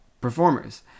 performers